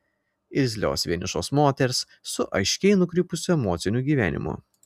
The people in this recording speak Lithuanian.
irzlios vienišos moters su aiškiai nukrypusiu emociniu gyvenimu